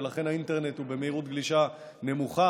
ולכן האינטרנט הוא במהירות גלישה נמוכה,